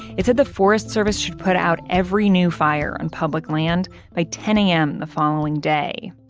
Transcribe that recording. it said the forest service should put out every new fire on public land by ten a m. the following day.